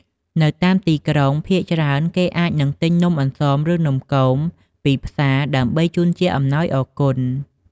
នៅតាមទីក្រុង ភាគច្រើនគេអាចនឹងទិញនំអន្សម ឬ នំគមពីផ្សារដើម្បីជូនជាអំណោយអរគុណ។